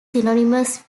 synonymous